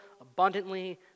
abundantly